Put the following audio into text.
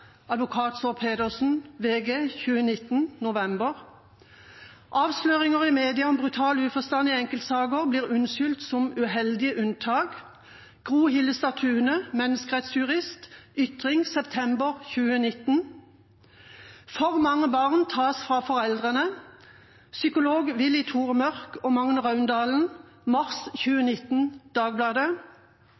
Saar Pedersen i VG november 2019. «Avsløringer i media av brutal uforstand i enkeltsaker blir unnskyldt som uheldige unntak.» Gro Hillestad Thune, menneskerettsjurist, i Ytring september 2019. «For mange barn tas fra foreldrene sine.» Psykolog Willy-Tore Mørch og Magne Raundalen, mars 2019 i Dagbladet.